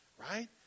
right